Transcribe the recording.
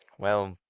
well,